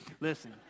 Listen